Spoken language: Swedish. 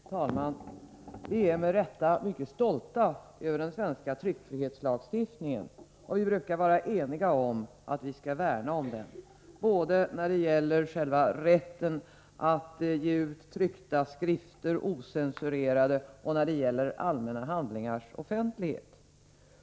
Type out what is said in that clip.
Fru talman! Vi är med rätta mycket stolta över den svenska tryckfrihetslagstiftningen, och vi brukar vara eniga om att vi skall värna om den både när det gäller själva rätten att ge ut tryckta skrifter ocensurerade och när det gäller allmänna handlingars offentlighet.